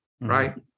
right